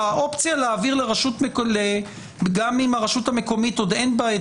האופציה להעביר גם אם עוד אין ברשות המקומית את